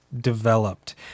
developed